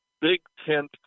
big-tent